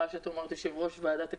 בפעם הבאה שאת אומרת "יושב-ראש ועדת הכלכלה"